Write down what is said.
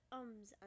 ums